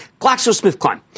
GlaxoSmithKline